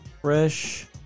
Fresh